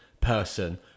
person